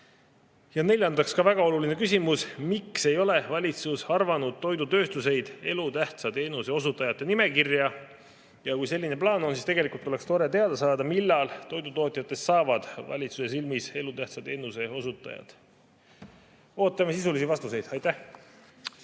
Neljandaks, ka väga oluline küsimus: miks ei ole valitsus arvanud toidutööstust elutähtsa teenuse osutajate nimekirja? Kui selline plaan on, siis tegelikult oleks tore teada saada, millal toidutootjatest saavad valitsuse silmis elutähtsa teenuse osutajad. Ootame sisulisi vastuseid. Aitäh!